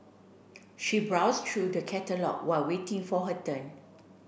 she browsed through the catalogue while waiting for her turn